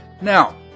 Now